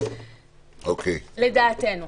לדעתנו.